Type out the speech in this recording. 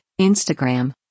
Instagram